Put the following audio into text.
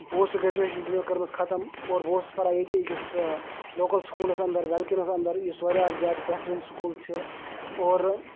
post graduation چھِ مےٚ کٔرمٕژ ختم اور بہٕ اوسُس پَران ییٚتہِ أکِس لوکَل سکوٗلَس اَندَر وٮ۪لکِنَس اَندَر یُس واریاہ زیادٕ بہتریٖن سکوٗل چھِ اور